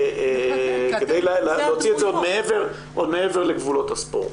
כדי להוציא את זה עוד מעבר לגבולות הספורט.